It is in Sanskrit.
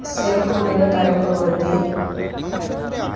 सेवकरूपेण कार्यं कुर्वन्ति